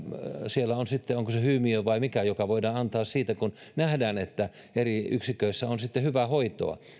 siellä on sitten onko se hymiö vai mikä joka voidaan antaa siitä kun nähdään että eri yksiköissä on hyvää hoitoa